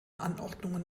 anordnungen